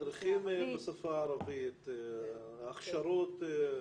מדריכים בשפה הערבית, הכשרות.